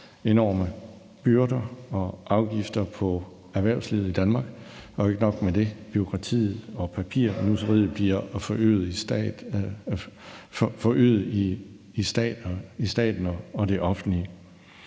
enorme byrder og afgifter på erhvervslivet i Danmark, og ikke nok med det bliver bureaukratiet og papirnusseriet forøget i staten og det offentlige.